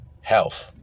health